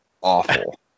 awful